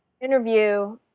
interview